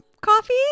coffee